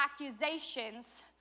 accusations